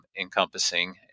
encompassing